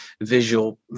visual